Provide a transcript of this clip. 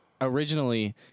originally